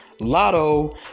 Lotto